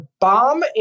bomb